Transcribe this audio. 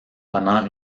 pendant